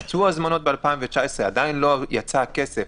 יצאו הזמנות ב-2019, עדיין לא יצא הכסף.